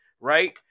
right